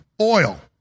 oil